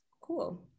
cool